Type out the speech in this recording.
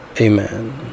Amen